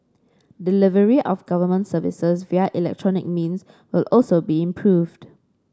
delivery of government services via electronic means will also be improved